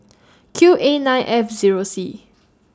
Q A nine F Zero C